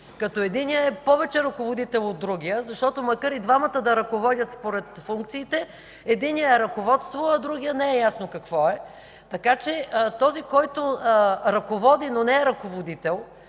като единият е повече ръководител от другия, защото, макар и двамата да ръководят, според функциите единият е ръководство, а другият не е ясно какво е. Така че този, който ръководи, но не е ръководител,